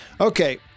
Okay